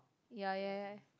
ya ya ya